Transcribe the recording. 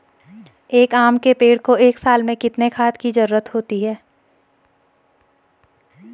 एक आम के पेड़ को एक साल में कितने खाद की जरूरत होती है?